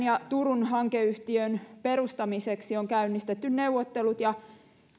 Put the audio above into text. ja turun hankeyhtiön perustamiseksi on käynnistetty neuvottelut ja